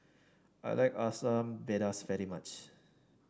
I like Asam Pedas very much